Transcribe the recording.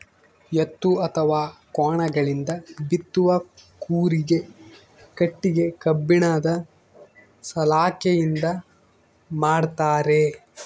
ಎತ್ತು ಅಥವಾ ಕೋಣಗಳಿಂದ ಬಿತ್ತುವ ಕೂರಿಗೆ ಕಟ್ಟಿಗೆ ಕಬ್ಬಿಣದ ಸಲಾಕೆಯಿಂದ ಮಾಡ್ತಾರೆ